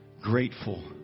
grateful